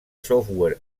software